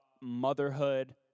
motherhood